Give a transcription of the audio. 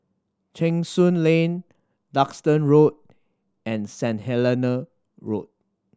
Cheng Soon Lane Duxton Road and Saint Helena Road